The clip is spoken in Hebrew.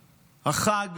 בחג?